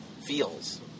feels